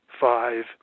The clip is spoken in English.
five